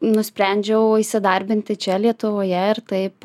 nusprendžiau įsidarbinti čia lietuvoje ir taip